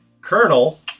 Colonel